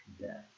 death